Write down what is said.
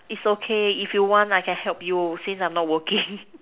it's okay if you want I can help you since I'm not working